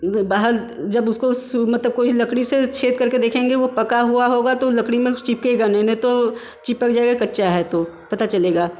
बाहर जब उसको सु मतलब कोई लकड़ी से छेद करके देखेंगे वो पका हुआ होगा तो लकड़ी में चिपकेगा नहीं नहीं तो चिपक जाएगा कच्चा है तो पता चलेगा